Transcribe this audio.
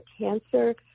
cancer